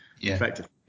effectively